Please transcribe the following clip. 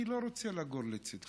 אני לא רוצה לגור לצידך.